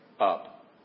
up